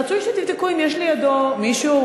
רצוי שתבדקו אם יש לידו מישהו,